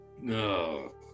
no